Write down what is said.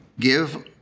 Give